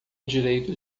direito